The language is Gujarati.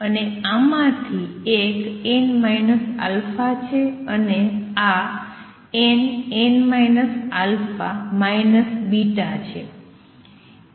અને આમાંથી એક n α છે અને આ n α છે